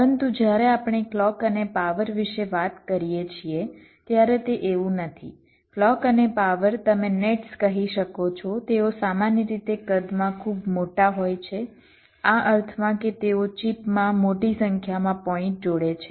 પરંતુ જ્યારે આપણે ક્લૉક અને પાવર વિશે વાત કરીએ છીએ ત્યારે તે એવું નથી ક્લૉક અને પાવર તમે નેટ્સ કહી શકો છો તેઓ સામાન્ય રીતે કદમાં ખૂબ મોટા હોય છે આ અર્થમાં કે તેઓ ચિપ માં મોટી સંખ્યામાં પોઇન્ટ જોડે છે